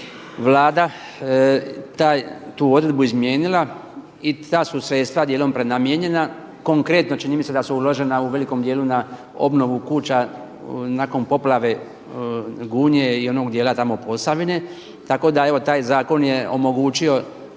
Vlada tu odredbu izmijenila i ta su sredstva dijelom prenamijenjena. Konkretno čini mi se da su uložena u velikom dijelu na obnovu kuća nakon poplave Gunje i onog dijela tamo Posavine. Tako da evo taj zakon je omogućio,